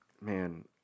Man